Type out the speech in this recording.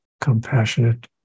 compassionate